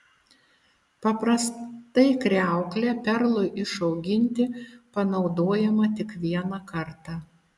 paprastai kriauklė perlui išauginti panaudojama tik vieną kartą